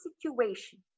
situation